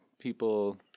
people